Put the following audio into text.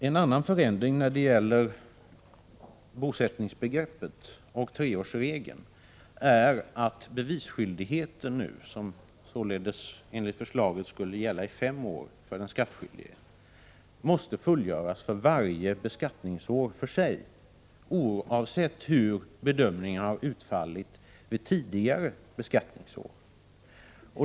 En annan förändring som regeringen förslagit är att bevisskyldigheten, som således enligt förslaget skulle gälla i fem år för den skattskyldige, nu måste fullgöras för varje beskattningsår för sig, oavsett hur bedömningarna har utfallit för tidigare beskattningsår.